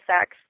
sex